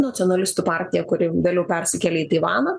nacionalistų partija kuri vėliau persikėlė į taivaną